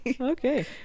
okay